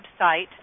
website